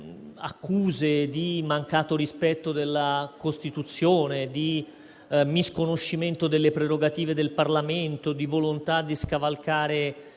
accuse di mancato rispetto della Costituzione, di misconoscimento delle prerogative del Parlamento, di volontà di scavalcare